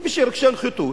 הוא בגלל רגשי נחיתות.